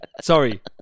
sorry